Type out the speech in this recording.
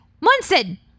Munson